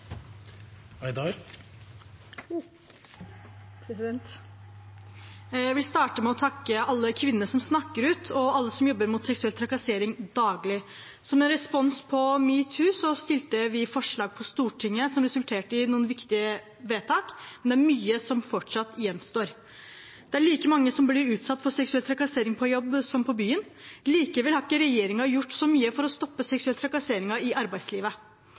Jeg vil starte med å takke alle kvinner som snakker ut, og alle som jobber mot seksuell trakassering daglig. Som en respons på metoo, fremmet vi forslag på Stortinget som resulterte i noen viktige vedtak, men det er mye som fortsatt gjenstår. Det er like mange som blir utsatt for seksuell trakassering på jobb som på byen. Likevel har ikke regjeringen gjort så mye for å stoppe seksuell trakassering i arbeidslivet.